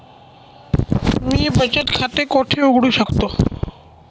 मी बचत खाते कोठे उघडू शकतो?